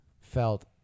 felt